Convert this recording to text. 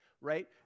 right